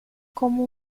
como